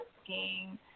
asking